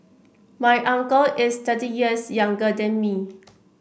my uncle is thirty years younger than me